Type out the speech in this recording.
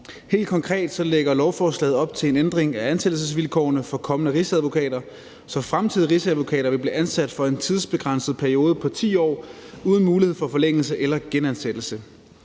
Helt konkret lægger lovforslaget op til en ændring af ansættelsesvilkårene for kommende rigsadvokater, så fremtidige rigsadvokater vil blive ansat for tidsbegrænset periode på 10 år uden mulighed for forlængelse eller genansættelse.